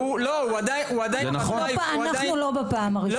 הוא עדיין --- אנחנו פה לא בפעם הראשונה,